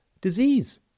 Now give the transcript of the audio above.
disease